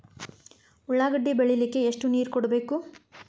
ಉಳ್ಳಾಗಡ್ಡಿ ಬೆಳಿಲಿಕ್ಕೆ ಎಷ್ಟು ನೇರ ಕೊಡಬೇಕು?